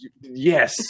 Yes